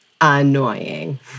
Annoying